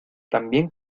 también